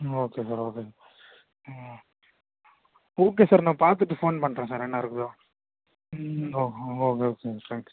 okay sir okay hmm okay sir நான் பார்த்துட்டு phone பண்ணுறேன் சார் என்ன இருக்குதோ ம் ஓகே ஓகே தேங்க்ஸ்